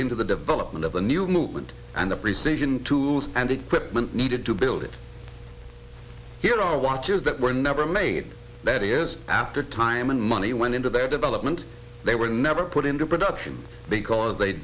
into the development of a new movement and the precision tools and equipment needed to build it here are watches that were never made better years after time and money went into their development they were never put into production because they